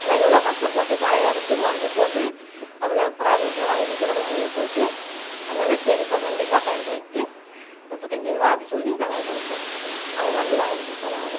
ஆனால் எவ்வளோ கஷ்டப்பட்டு களை எடுத்து மருந்து போட்டு அதை நான் பராமரிக்கிற நான் எப்படி கொடுக்க முடியும் சொல்லிட்டு அதனால சரி பதினைஞ்சி ரூபா கம்மி பண்ணிட்டு முப்பத்தஞ்சு ரூபாய் அப்படி சொல்லி நாங்கள் கொடுப்போம் அவங்க வந்து வாங்கிட்டு போவாங்க